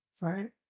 Right